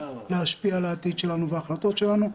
להשפיע על העתיד שלנו ועל ההחלטות שלנו.